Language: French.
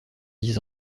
dix